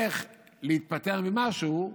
איך להיפטר ממשהו,